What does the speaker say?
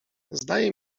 zdaje